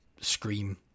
scream